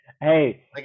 Hey